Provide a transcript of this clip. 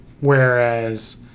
Whereas